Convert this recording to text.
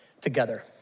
together